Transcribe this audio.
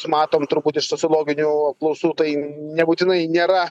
matom truputį iš sociologinių apklausų tai nebūtinai nėra